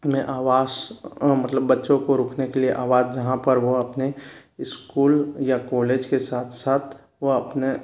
में आवास मतलब बच्चों को रोकने के लिये आवाज जहाँ पर वो अपने स्कूल या कोलेज के साथ साथ वो अपने